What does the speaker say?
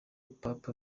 papa